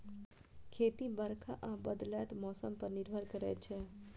खेती बरखा आ बदलैत मौसम पर निर्भर करै छै